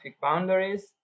boundaries